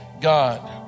God